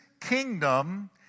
kingdom